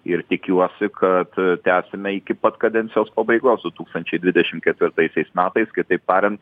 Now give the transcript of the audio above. ir tikiuosi kad tęsime iki pat kadencijos pabaigos du tūkstančiai dvidešim ketvirtaisiais metais kitaip tarian